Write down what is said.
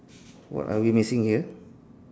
what are we missing here